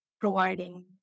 providing